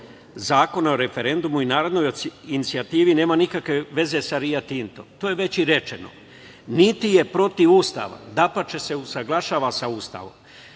zakona o referendumu u narodnoj inicijativi nema nikakve veze sa Rio Tintom. To je već i rečeno, niti je protiv Ustava, dapače se usaglašava sa Ustavom. Čuli